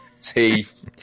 teeth